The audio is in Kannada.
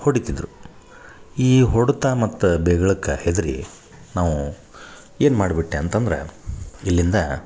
ಹೊಡಿತಿದ್ದರು ಈ ಹೊಡ್ತ ಮತ್ತು ಬೈಗಳಕ್ಕ ಹೆದರಿ ನಾವು ಏನು ಮಾಡಿಬಿಟ್ಯಾ ಅಂತಂದ್ರೆ ಇಲ್ಲಿಂದ